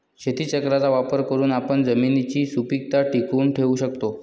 शेतीचक्राचा वापर करून आपण जमिनीची सुपीकता टिकवून ठेवू शकतो